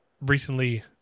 recently